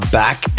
back